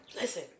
Listen